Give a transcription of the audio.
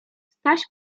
staś